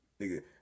Nigga